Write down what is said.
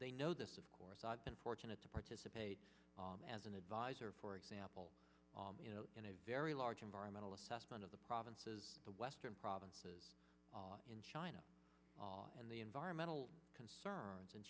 they know this of course i've been fortunate to participate as an advisor for example you know in a very large environmental assessment of the provinces the western provinces in china and the environmental concerns and